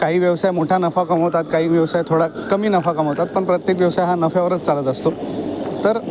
काही व्यवसाय मोठा नफा कमवतात काही व्यवसाय थोडा कमी नफा कमवतात पण प्रत्येक व्यवसाय हा नफ्यावरच चालत असतो तर